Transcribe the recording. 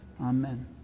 Amen